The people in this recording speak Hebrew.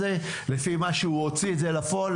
לפי מה שהוא הוציא לפועל,